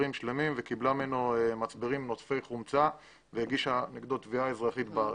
שלמים וקיבלה ממנו מצברים נודפי חומצה והגישה נגדו תביעה אזרחית בארץ.